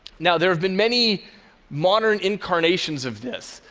now, there been many modern incarnations of this.